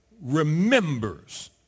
remembers